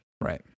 Right